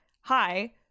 hi